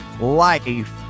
Life